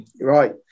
Right